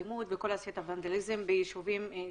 האלימות והוונדליזם ביישובים שונים.